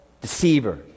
deceiver